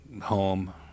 home